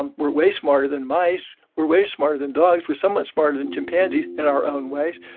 um we're way smarter than mice. we're way smarter than dogs. we're somewhat smarter than chimpanzees in our own ways.